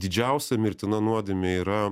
didžiausia mirtina nuodėmė yra